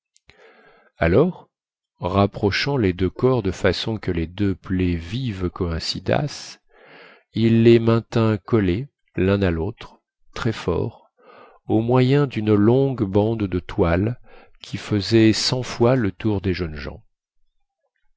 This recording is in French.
alors rapprochant les deux corps de façon que les deux plaies vives coïncidassent il les maintint collés lun à lautre très fort au moyen dune longue bande de toile qui faisait cent fois le tour des jeunes gens